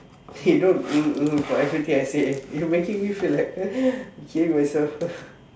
hey don't hmm hmm for everything I say eh you making me feel like hear myself